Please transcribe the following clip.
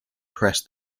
press